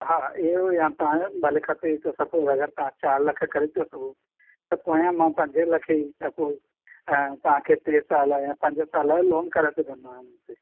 हा एओ या पाण भले खपे त सपोज़ अगरि तां चारि लख करे था सघो त पोयां मां पंजे लखे जी सपोज़ तव्हां खे टे साल या पंज साल लोन कराए सघंदो आहियां हुन ते